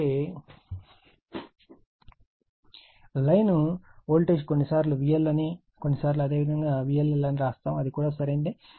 కాబట్టి line voltage ను కొన్నిసార్లు VL అని కొన్నిసార్లు అదేవిధంగా కొన్నిసార్లు VLL అని రాస్తాము అది కూడా సరైనదే